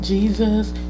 Jesus